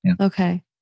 Okay